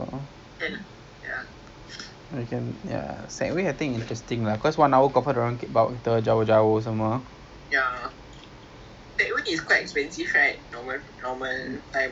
you know that's one way lah we can if you want kita pun boleh pergi sea aquarium also ten token and it's it's a tour open ocean discovery tour sea aquarium